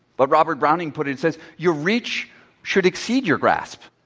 but robert browning put it says, your reach should exceed your grasp.